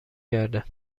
کرده